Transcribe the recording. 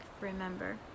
Remember